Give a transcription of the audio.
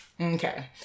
Okay